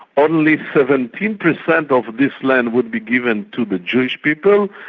only seventeen percent of this land would be given to the jewish people,